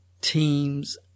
teams